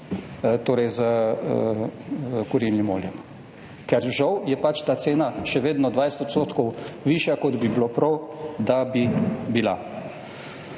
torej s kurilnim oljem, ker žal je pač ta cena še vedno 20 % višja, kot bi bilo prav, da bi bila.